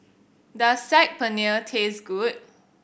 does Saag Paneer taste good